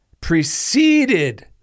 preceded